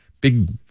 big